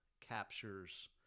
captures